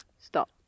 Stop